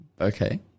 Okay